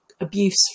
abuse